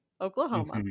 Oklahoma